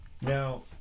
Now